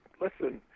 listen